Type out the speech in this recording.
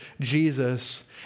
Jesus